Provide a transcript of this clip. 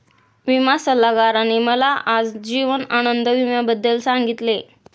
विमा सल्लागाराने मला आज जीवन आनंद विम्याबद्दल सांगितले